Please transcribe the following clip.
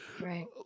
Right